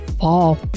fall